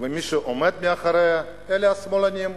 מי שעומד מאחוריה אלה השמאלנים,